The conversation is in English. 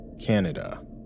Canada